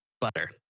butter